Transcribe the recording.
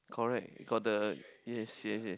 correct got the yes yes yes